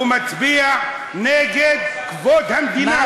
הוא מצביע נגד כבוד המדינה.